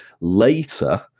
later